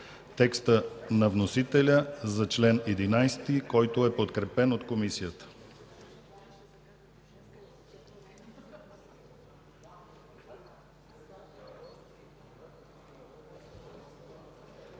текста на вносителя за чл. 11, който е подкрепен от Комисията.